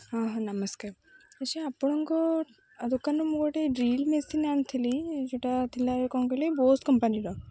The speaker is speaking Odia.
ହଁ ହଁ ନମସ୍କାର ଆଚ୍ଛା ଆପଣଙ୍କ ଦୋକାନରୁ ମୁଁ ଗୋଟେ ଡ୍ରିଲ୍ ମେସିନ୍ ଆଣିଥିଲି ଯେଉଁଟା ଥିଲା କ'ଣ କହିଲେ ବୋସ୍ କମ୍ପାନୀର